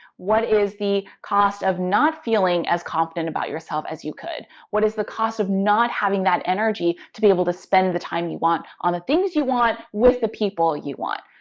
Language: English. what is the cost of not feeling as confident about yourself as you could? what is the cost of not having that energy to be able to spend the time you want on the things you want, with the people you want?